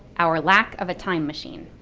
our lack of a time machine.